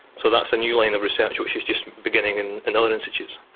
so that's a new line of research which is just beginning in and other institutes.